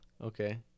okay